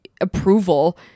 approval